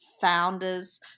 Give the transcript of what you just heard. founders